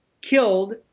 killed